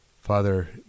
Father